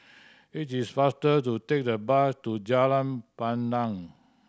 it is faster to take the bus to Jalan Pandan